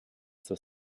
zur